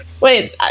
Wait